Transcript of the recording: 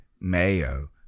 Mayo